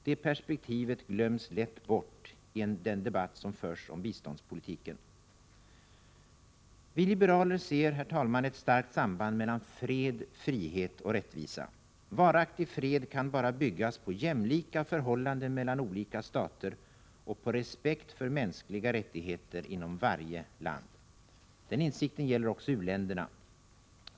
Det perspektivet glöms lätt bort i den debatt som förs om biståndspolitiken. Vi liberaler ser, herr talman, ett starkt samband mellan fred, frihet och rättvisa. Varaktig fred kan bara byggas på jämlika förhållanden mellan olika stater och på respekt för mänskliga rättigheter inom varje land. Den insikten gäller också u-länderna.